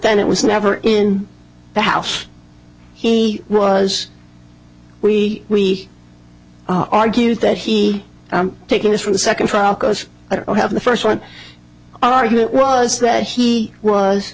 then it was never in the house he was we we argued that he taking this for the second trial because i don't have the first one argument was that he was